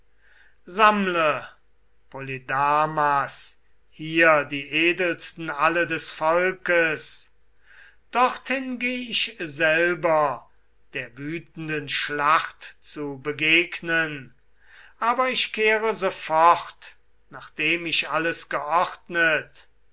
sammle polydamas hier die edelsten alle des volkes dorthin geh ich selber der wütenden schlacht zu begegnen aber ich kehre sofort nachdem ich alles geordnet